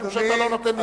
משום שאתה לא נותן לה זמן.